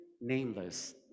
nameless